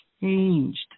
changed